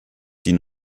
die